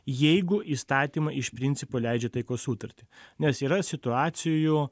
jeigu įstatymai iš principo leidžia taikos sutartį nes yra situacijų